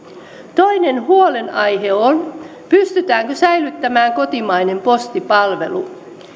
toinen huolenaihe on pystytäänkö säilyttämään kotimainen postipalvelu